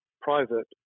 private